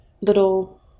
little